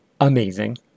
amazing